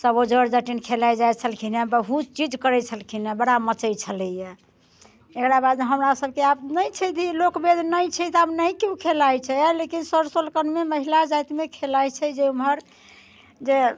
सभ जट जटिन खेलाए जाइत छलखिन हँ बहुत चीज करैत छेलखिन हँ बड़ा मचैत छेलै हँ एकरा बाद हमरा सभके आब नहि छै लोक बेद नहि छै तऽ आब नहि केओ खेलाए छै लेकिन सर सोलकनमे महिला जातिमे खेलाइत छै जे ओम्हर जे